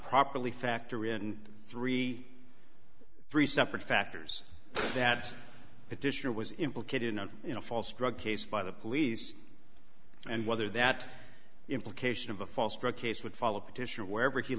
properly factory and three three separate factors that petitioner was implicated in a false drug case by the police and whether that implication of a false drug case would follow petitioner wherever he